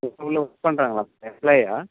work பண்ணுறாங்களா எம்ப்ளாயியா